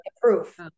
proof